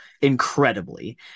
incredibly